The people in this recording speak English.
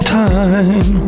time